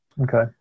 Okay